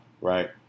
Right